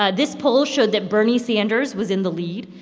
ah this poll showed that bernie sanders was in the lead.